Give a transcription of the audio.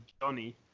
Johnny